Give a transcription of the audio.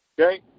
okay